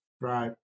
Right